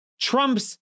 Trump's